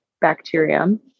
bacterium